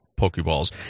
Pokeballs